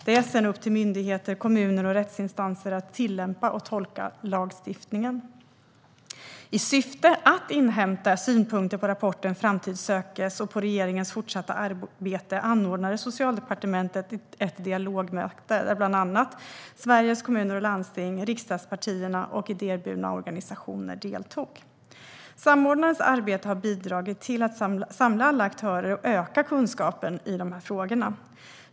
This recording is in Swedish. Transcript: Det är sedan upp till myndigheter, kommuner och rättsinstanser att tillämpa och tolka lagstiftningen. I syfte att inhämta synpunkter på rapporten Framtid sökes och på regeringens fortsatta arbete anordnade Socialdepartementet ett dialogmöte där bland annat Sveriges Kommuner och Landsting, riksdagspartierna och idéburna organisationer deltog. Samordnarens arbete har bidragit till att samla alla aktörer och öka kunskapen i dessa frågor.